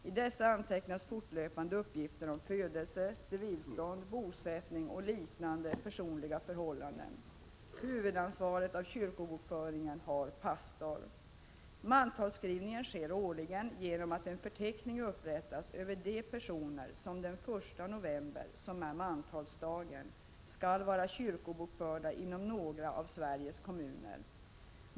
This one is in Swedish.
I dessa antecknas fortlöpande uppgifter om födelse, civilstånd, bosättning och liknande personliga förhållanden. Huvudansvaret för kyrkobokföringen har pastorn. Mantalsskrivningen sker årligen genom att en förteckning upprättas över de personer som den 1 november, som är mantalsdagen, skall vara kyrkobokförda inom någon av Sveriges kommuner.